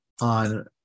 on